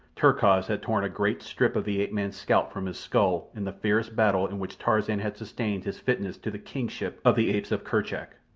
terkoz had torn a great strip of the ape-man's scalp from his skull in the fierce battle in which tarzan had sustained his fitness to the kingship of the apes of kerchak.